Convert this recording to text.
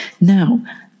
Now